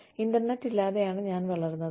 internet ഇല്ലാതെയാണ് ഞാൻ വളർന്നത്